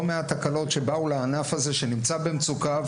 מעט תקנות שבאו לענף הזה שנמצא במצוקה,